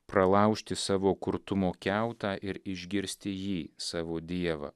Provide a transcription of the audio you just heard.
pralaužti savo kurtumo kiautą ir išgirsti jį savo dievą